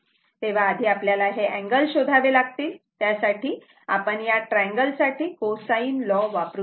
तेव्हा आधी आपल्याला हे अँगल शोधावे लागतील त्यासाठी आपण या ट्रँगल साठी को साइन लॉ वापरूया